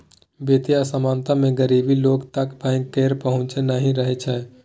बित्तीय असमानता मे गरीब लोक तक बैंक केर पहुँच नहि रहय छै